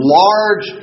large